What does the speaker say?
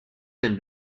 and